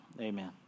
amen